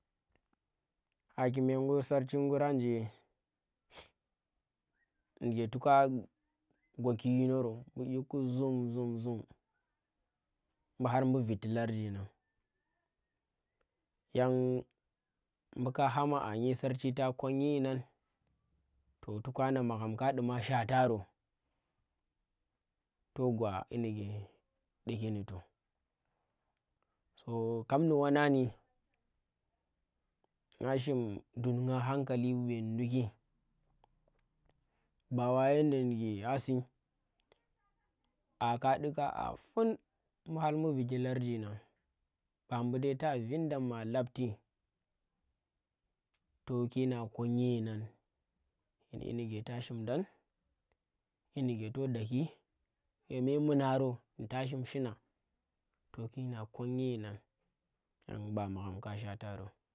Hakimi ngur sarchi ngura nje ndike toka gwaki yinoro mbu yiku zhum zhum zhum mbu har mbu viti larji ngan. Yang mbu ka hama aa nye sarchi ta konnyi yinang to, tokana magham kaa duma shwata roh toh gwa kyi ndike duki ndi toh so kam ndi wanngan ndi, ngam shim dugh nga hankali bu ɓeni ndukki, ba wa yenda ndike a si, aa ka dukya a fun, mbu har mbu viti larji naan. Ba mbu dai ta vin dam maa labti toki naa kon nye yinang yin kyi ndike ta shimdang, kyi nike to daki ye mamuna ro, taa shim shinang to ki nga kon nye yinan yanba. Magham ka shwata ro.